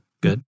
Good